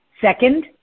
Second